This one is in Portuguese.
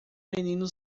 menino